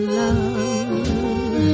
love